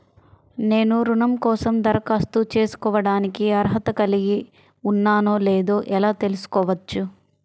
నేను రుణం కోసం దరఖాస్తు చేసుకోవడానికి అర్హత కలిగి ఉన్నానో లేదో ఎలా తెలుసుకోవచ్చు?